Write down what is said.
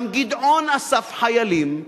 גם גדעון אסף חיילים,